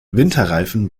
winterreifen